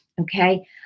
okay